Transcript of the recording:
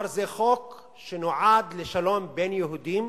כלומר זה חוק שנועד לשלום בין יהודים,